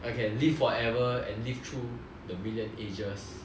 I can live forever and live through the million ages